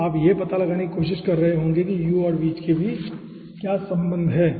यहां आप यह पता लगाने की कोशिश कर रहे होंगे कि इस u और v के बीच क्या संबंध है